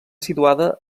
situada